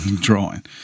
drawing